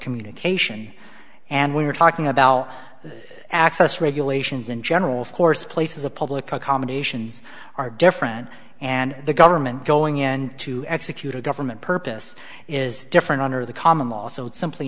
communication and we were talking about access regulations in general of course places of public accommodations are different and the government going in to execute a government purpose is different under the common law so it's simply